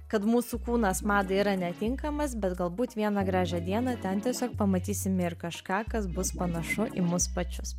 kad mūsų kūnas madai yra netinkamas bet galbūt vieną gražią dieną ten tiesiog pamatysime ir kažką kas bus panašu į mus pačius